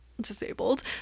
disabled